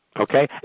okay